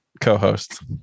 co-host